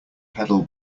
pedal